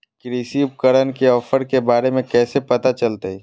कृषि उपकरण के ऑफर के बारे में कैसे पता चलतय?